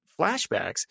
flashbacks